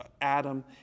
Adam